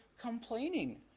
complaining